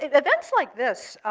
events like this,